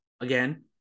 again